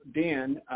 Dan